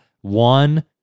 one